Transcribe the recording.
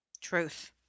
Truth